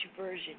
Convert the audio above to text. version